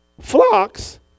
Flocks